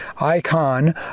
icon